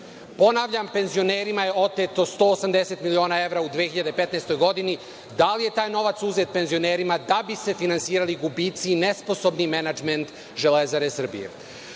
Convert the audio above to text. Ponavljam, penzionerima je oteto 180 miliona evra u 2015. godini, da li je taj novac uzet penzionerima da bi se finansirali gubici i nesposobni menadžment Železare? Treće,